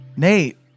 Nate